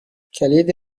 کلید